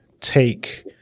take